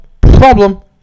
Problem